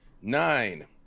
Nine